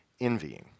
envying